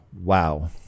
Wow